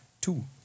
Two